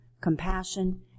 compassion